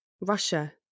Russia